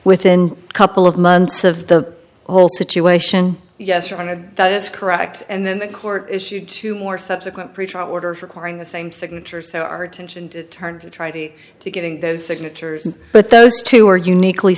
within a couple of months of the whole situation yes or no that it's correct and then the court issued two more subsequent preacher order for acquiring the same signature so our attention turned to try to to getting those signatures but those two are uniquely